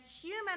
human